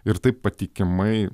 ir taip patikimai